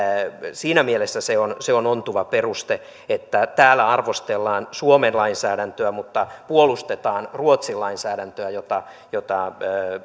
siinä mielessä se on se on ontuva peruste että täällä arvostellaan suomen lainsäädäntöä mutta puolustetaan ruotsin lainsäädäntöä jota jota